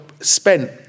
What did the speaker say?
spent